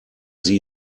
sie